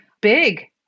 big